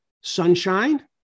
sunshine